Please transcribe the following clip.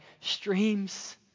streams